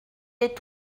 est